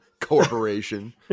corporation